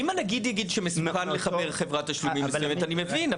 אם הנגיד יגיד שמסוכן לחבר חברת תשלומים מסוימת אני מבין,